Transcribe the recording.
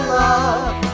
love